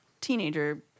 teenager